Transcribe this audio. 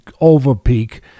over-peak